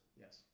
Yes